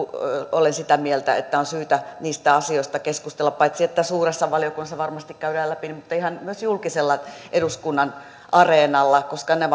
olen sitä mieltä että on syytä niistä asioista keskustella paitsi että suuressa valiokunnassa varmasti käydään läpi myös ihan julkisella eduskunnan areenalla koska nämä